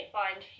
find